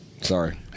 Sorry